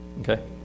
okay